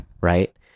right